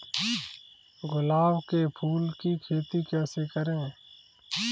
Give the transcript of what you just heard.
गुलाब के फूल की खेती कैसे करें?